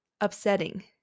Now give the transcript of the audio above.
upsetting